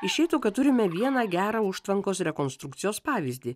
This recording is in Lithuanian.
išeitų kad turime vieną gerą užtvankos rekonstrukcijos pavyzdį